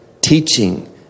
Teaching